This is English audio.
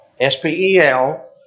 S-P-E-L